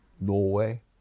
Norway